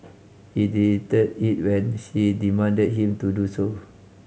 he deleted it when she demanded him to do so